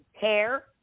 hair